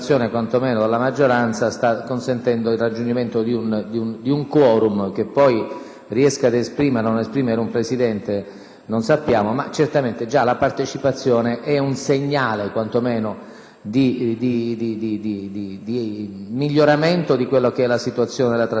riesca ad esprimere o meno un Presidente non lo sappiamo, ma certamente già la partecipazione è un segnale di miglioramento della situazione della trattativa politica e dell'atteggiamento dei Gruppi in relazione ai loro doveri istituzionali.